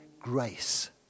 grace